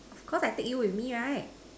of course I take you with me right